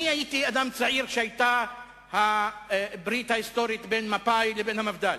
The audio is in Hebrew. הייתי אדם צעיר כשהיתה הברית ההיסטורית בין מפא"י לבין המפד"ל,